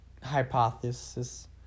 Hypothesis